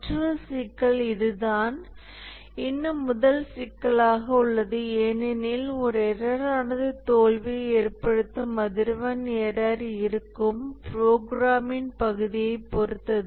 மற்றொரு சிக்கல் இதுதான் இன்னும் முதல் சிக்கலாக உள்ளது ஏனெனில் ஒரு எரர்ரானது தோல்வியை ஏற்படுத்தும் அதிர்வெண் எரர் இருக்கும் ப்ரோக்ராமின் பகுதியைப் பொறுத்தது